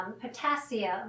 potassium